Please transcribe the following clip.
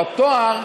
או התואר,